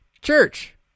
church